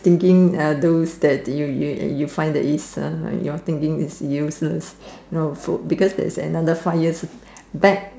thinking are those that you you you find that your thinking is useless you know because there is another five years back